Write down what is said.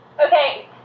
Okay